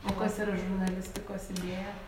o kas yra žurnalistikos idėja